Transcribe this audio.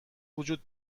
وجود